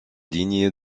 dignes